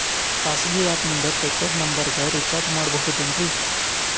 ಖಾಸಗಿ ಆ್ಯಪ್ ನಿಂದ prepaid ನಂಬರಿಗ ರೇಚಾರ್ಜ್ ಮಾಡಬಹುದೇನ್ರಿ?